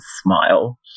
smile